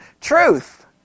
truth